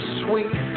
sweet